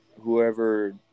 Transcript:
whoever